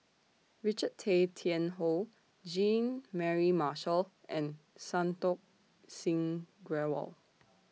Richard Tay Tian Hoe Jean Mary Marshall and Santokh Singh Grewal